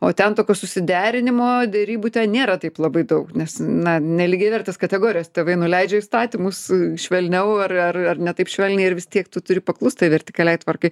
o ten tokių susiderinimo derybų ten nėra taip labai daug nes na nelygiavertės kategorijos tėvai nuleidžia įstatymus švelniau ar ne taip švelniai ir vis tiek tu turi paklusti vertikaliai tvarkai